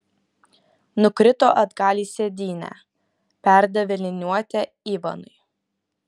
nukrito atgal į sėdynę perdavė liniuotę ivanui